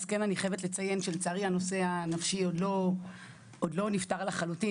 אז אני חייבת לציין שלצערי הנושא הנפשי עוד לא נפתר לחלוטין,